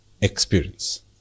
experience